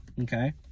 Okay